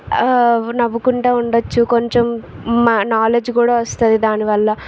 నవ్వుకుంటా ఉండవచ్చు కొంచెం మా నాలెడ్జ్ కూడా వస్తుంది దానివల్ల